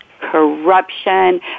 corruption